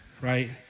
Right